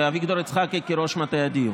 ושל אביגדור יצחקי כראש מטה הדיור.